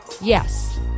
Yes